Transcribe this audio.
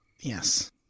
Yes